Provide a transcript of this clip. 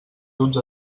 duts